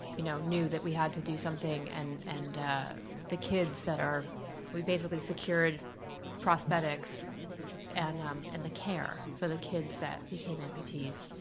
you know, knew that we had to do something and and the kids that are we basically secured prosthetics and um and the care for the kids that became amputees,